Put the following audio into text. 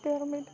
വേറൊന്നും ഇല്ല